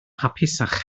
hapusach